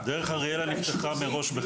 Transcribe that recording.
"דרך אריאלה" נפתחה מראש בחיפה.